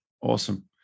Awesome